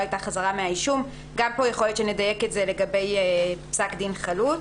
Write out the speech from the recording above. הייתה חזרה מהאישום," גם פה יכול להיות שנדייק את זה לגבי פסק דין חלוט.